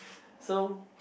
so